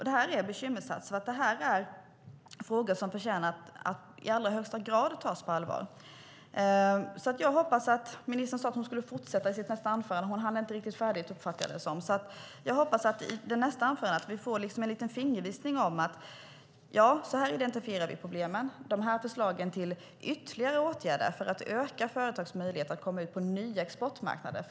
Det här är bekymmersamt, och frågorna förtjänar att i allra högsta grad tas på allvar. Ministern sade att hon skulle fortsätta i sitt nästa anförande; hon hann inte riktigt färdigt. Jag hoppas att vi i nästa anförande får en liten fingervisning om hur problemen identifieras och förslag till ytterligare åtgärder för att öka företagens möjligheter att komma ut på nya exportmarknader.